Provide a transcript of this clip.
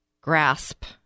grasp